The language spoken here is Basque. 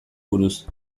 buruz